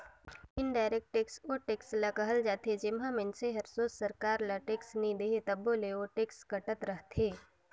indirect tax ओ tax ल कहल जाथे जेम्हां मइनसे हर सोझ सरकार ल टेक्स नी दे तबो ले ओ टेक्स कटत रहथे